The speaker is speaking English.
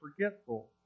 forgetful